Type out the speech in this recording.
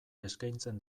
eskaintzen